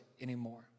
anymore